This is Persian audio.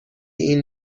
این